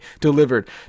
delivered